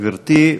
גברתי,